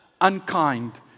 unkind